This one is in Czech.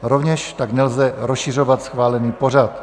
Rovněž tak nelze rozšiřovat schválený pořad.